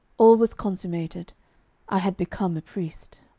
all was consummated i had become a priest.